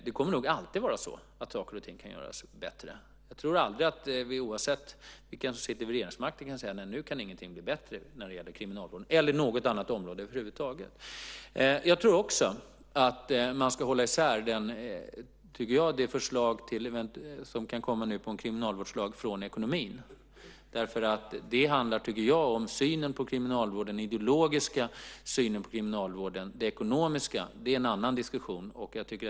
Det kommer nog alltid att vara så att saker och ting kan göras bättre. Jag tror aldrig att vi, oavsett vem som har regeringsmakten, kan säga: Nu kan ingenting bli bättre när det gäller kriminalvården - eller något annat område över huvud taget. Det förslag till kriminalvårdslag som kan komma tror jag att man ska hålla isär från ekonomin. Det handlar, tycker jag, om den ideologiska synen på kriminalvården. Det ekonomiska är en annan diskussion.